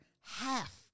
half